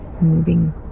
moving